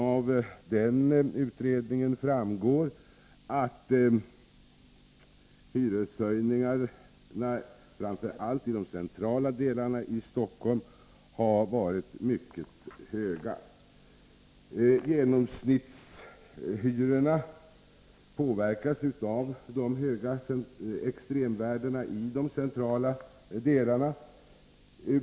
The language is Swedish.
Av den utredningen framgår att hyreshöjningarna framför allt i de centrala delarna av Stockholm har varit mycket stora. Genomsnittshyrorna påverkas av de höga extremvärdena i de centrala delarna.